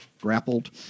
grappled